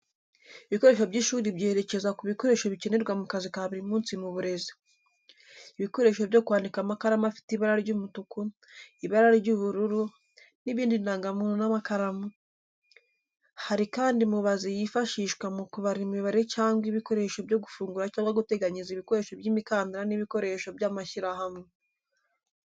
Ibikoresho by'ishuri byerekeza ku bikoresho bikenerwa mu kazi ka buri munsi mu burezi. Ibikoresho byo kwandika amakaramu afite ibara ry'umutuku, ibara ry'ubururu, n'ibindi indangamuntu n'amakaramu. Hari kandi mubazi yifashishwa mukubara imibare cyangwa ibikoresho byo gufunga cyangwa guteranyiriza ibikoresho by'imikandara n'ibikoresho by'amashyirahamwe.